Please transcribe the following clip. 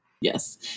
Yes